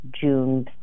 June